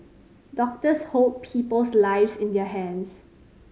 doctors hold people's lives in their hands